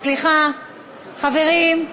סליחה, חברים.